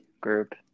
group